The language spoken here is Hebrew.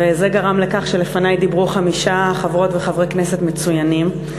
וזה גרם לכך שלפני דיברו חמישה חברות וחברי כנסת מצוינים,